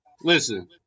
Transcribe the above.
listen